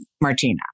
Martina